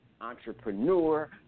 entrepreneur